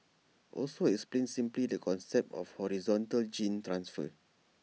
also explained simply the concept of horizontal gene transfer